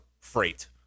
freight